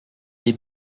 est